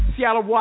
Seattle